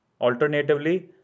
Alternatively